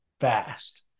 fast